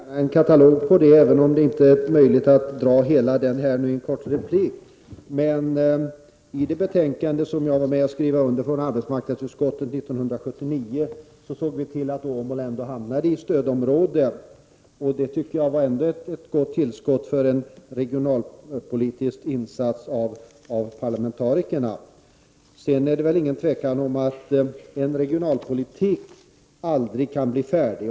Herr talman! Jag ger gärna en katalog på hur jag arbetade, även om det inte är möjligt att dra hela i en kort replik. I det betänkande från arbetsmarknadsutskottet som jag var med om att skriva under 1979 såg vi till att Åmål hamnade i stödområde. Det var ändå ett gott tillskott för en regionalpolitisk insats av parlamentarikerna. Sedan är det inget tvivel om att en regionalpolitik aldrig kan bli färdig.